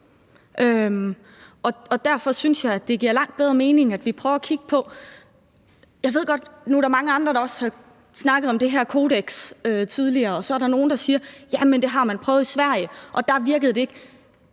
fra SF vil gøre det noget som helst nemmere for dem. Jeg ved godt, at der er mange andre, der også har snakket om det her kodeks tidligere, og så er der nogle, der siger, at det har man prøvet i Sverige og der virkede det ikke.